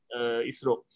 ISRO